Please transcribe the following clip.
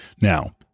now